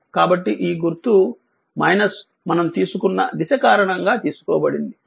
కాబట్టి ఈ గుర్తు మనం తీసుకున్న దిశ కారణంగా తీసుకోబడింది